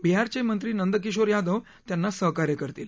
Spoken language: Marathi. बिहारचे मंत्री नंद किशोर यादव त्यांना सहकार्य करतील